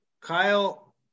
Kyle